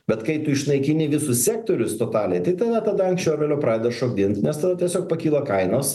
bet kai tu išnaikini visus sektorius totaliai tai tave tada anksčiau ar vėliau pradeda šokdint nes tada tiesiog pakyla kainos